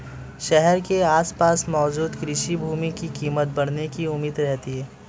शहर के आसपास मौजूद कृषि भूमि की कीमत बढ़ने की उम्मीद रहती है